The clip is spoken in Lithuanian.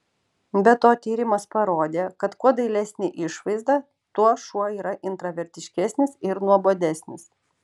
be to tyrimas parodė kad kuo dailesnė išvaizda tuo šuo yra intravertiškesnis ir nuobodesnis